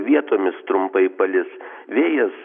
vietomis trumpai palis vėjas